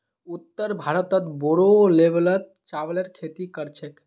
उत्तर भारतत बोरो लेवलत चावलेर खेती कर छेक